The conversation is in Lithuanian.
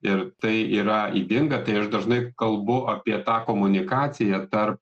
ir tai yra ydinga tai aš dažnai kalbu apie tą komunikaciją tarp